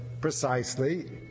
precisely